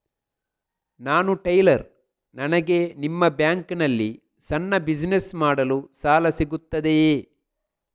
ನಾನು ಟೈಲರ್, ನನಗೆ ನಿಮ್ಮ ಬ್ಯಾಂಕ್ ನಲ್ಲಿ ಸಣ್ಣ ಬಿಸಿನೆಸ್ ಮಾಡಲು ಸಾಲ ಸಿಗುತ್ತದೆಯೇ?